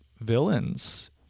villains